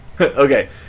Okay